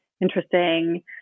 interesting